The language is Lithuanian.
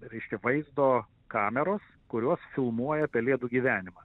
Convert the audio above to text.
reiškia vaizdo kameros kurios filmuoja pelėdų gyvenimą